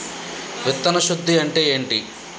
విత్తన శుద్ధి అంటే ఏంటి?